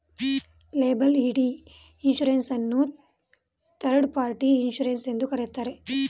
liability insurance ಅನ್ನು third party insurance ಎಂದು ಕರೆಯುತ್ತಾರೆ